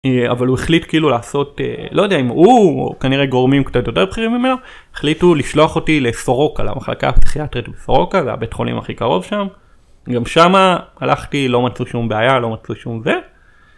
אבל הוא החליט כאילו לעשות, לא יודע אם הוא או כנראה גורמים קצת יותר בכירים ממנו, החליטו לשלוח אותי לסורוקה, למחלקה הפסיכיאטרית בסורוקה זה הבית חולים הכי קרוב שם, גם שמה הלכתי לא מצאו שום בעיה, לא מצאו שום זה.